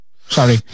Sorry